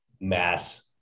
mass